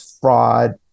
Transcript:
fraud